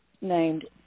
named